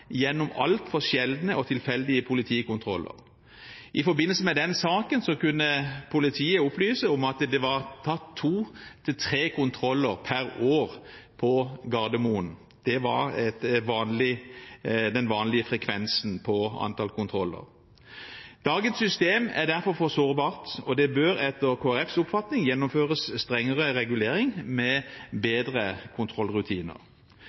gjennom altfor sjeldne og tilfeldige politikontroller. I forbindelse med den saken kunne politiet opplyse om at det var tatt to–tre kontroller per år på Gardermoen. Det var den vanlige frekvensen på antall kontroller. Dagens system er derfor for sårbart, og det bør etter Kristelig Folkepartis oppfatning gjennomføres strengere regulering med bedre kontrollrutiner.